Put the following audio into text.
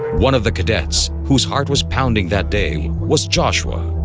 one of the cadets whose heart was pounding that day was joshua,